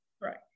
Right